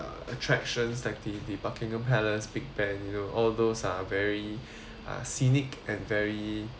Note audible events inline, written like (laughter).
attractions like the the buckingham palace big ben you know all those are very (breath) uh scenic and very